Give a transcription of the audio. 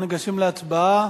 אנחנו ניגשים להצבעה.